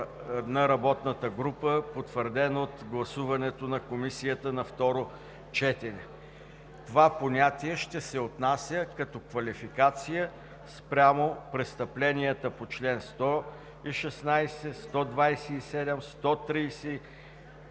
на работната група, потвърден от гласуването на Комисията на второ четене. Това понятие ще се отнася като квалификация спрямо престъпленията по членове 116, 127, 131,